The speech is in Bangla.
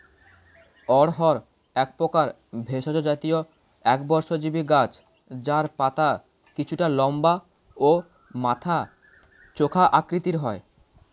অড়হর একপ্রকার ভেষজ জাতীয় একবর্ষজীবি গাছ যার পাতা কিছুটা লম্বা ও মাথা চোখা আকৃতির হয়